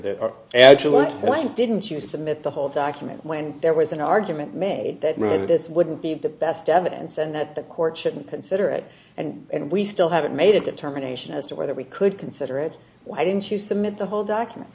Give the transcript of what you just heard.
why didn't you submit the whole document when there was an argument made that rather this wouldn't be the best evidence and that the court shouldn't consider it and and we still haven't made a determination as to whether we could consider it why didn't you submit the whole document